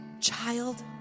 child